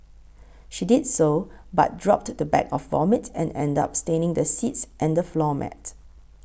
she did so but dropped the bag of vomit and ended up staining the seats and the floor mat